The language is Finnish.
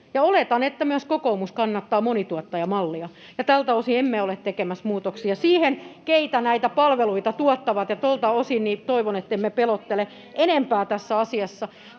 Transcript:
oletan, että myös kokoomus kannattaa monituottajamallia. Tältä osin emme ole tekemässä muutoksia siihen, ketkä näitä palveluita tuottavat, ja toivon, ettemme pelottele enempää tässä asiassa.